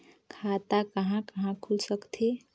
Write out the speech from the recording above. खाता कहा कहा खुल सकथे?